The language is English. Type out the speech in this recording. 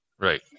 Right